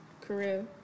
career